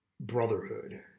brotherhood